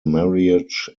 marriage